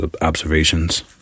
observations